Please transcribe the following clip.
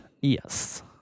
yes